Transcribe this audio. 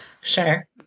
Sure